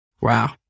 Wow